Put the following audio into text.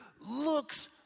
looks